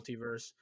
multiverse